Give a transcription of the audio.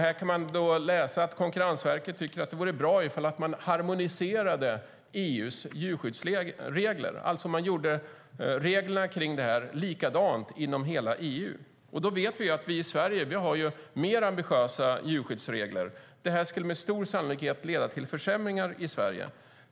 Där kan man läsa att Konkurrensverket tycker att det vore bra ifall man harmoniserade EU:s djurskyddsregler, alltså att man gör djurskyddsreglerna lika inom hela EU, och då vet vi att vi i Sverige har mer ambitiösa djurskyddsregler. Det skulle med stor sannolikhet leda till försämringar i Sverige.